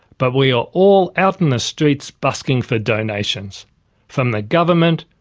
but we are all out on the streets busking for donations from the government,